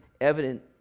evident